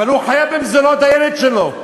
אבל הוא חייב במזונות לילד שלו,